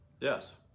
Yes